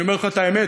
אני אומר לך את האמת,